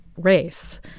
race